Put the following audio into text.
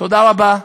תודה רבה.